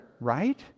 right